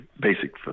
basic